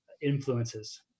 influences